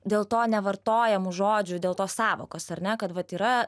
dėl to nevartojamų žodžių dėl tos sąvokos ar ne kad vat yra